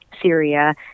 Syria